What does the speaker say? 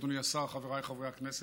אדוני השר, חבריי חברי הכנסת,